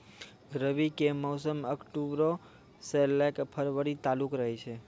रबी के मौसम अक्टूबरो से लै के फरवरी तालुक रहै छै